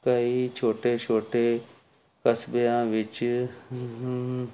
ਕਈ ਛੋਟੇ ਛੋਟੇ ਕਸਬਿਆਂ ਵਿੱਚ